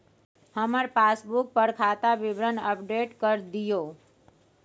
हमर पासबुक पर खाता विवरण अपडेट कर दियो